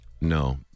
No